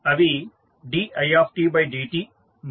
అవి didtమరియు decdt